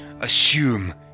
assume